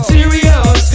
Serious